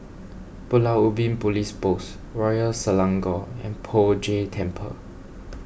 Pulau Ubin Police Post Royal Selangor and Poh Jay Temple